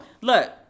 Look